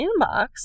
inbox